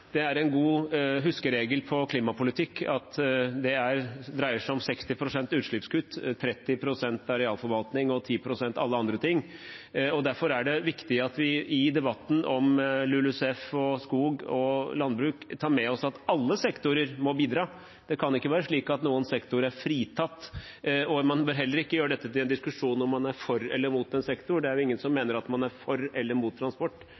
en god huskeregel for klimapolitikk er at det dreier seg om 60 pst. utslippskutt, 30 pst. arealforvaltning og 10 pst. alle andre ting. Derfor er det viktig at vi i debatten om LULUCF og skog og landbruk tar med oss at alle sektorer må bidra. Det kan ikke være slik at noen sektorer er fritatt. Man bør heller ikke gjøre dette til en diskusjon om man er for eller imot en sektor. Det er jo ingen som mener at man er for eller